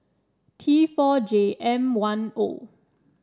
T four J M one O